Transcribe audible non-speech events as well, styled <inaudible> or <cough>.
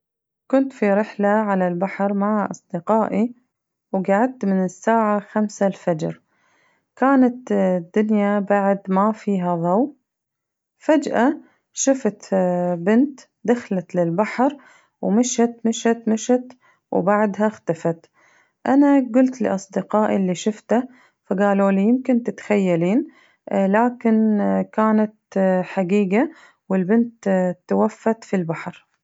كنت في رحلة على البحر مع أصدقائي وقعدت من الساعة خمسة الفجر كانت الدنيا بعد ما فيها ضو فجأة شفت <hesitation> بنت دخلت للبحر ومشت مشت مشت وبعدها اختفت أنا قلت لأصدقائي اللي شفته فقالولي يمكن تتخيلين لكن <hesitation> كانت <hesitation> حقيقة والبنت توفت في البحر.